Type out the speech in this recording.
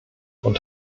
und